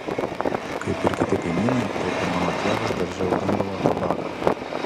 kaip ir kiti kaimynai taip ir mano tėvas darže augindavo tabaką